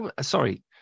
Sorry